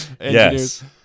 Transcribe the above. Yes